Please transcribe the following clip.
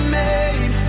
made